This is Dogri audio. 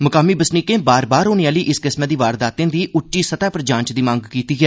मुकामी बसनीकें बार बार होने आहली इस किस्मै दी वारदाते दी उच्ची सतह पर जांच दी मंग कीती ऐ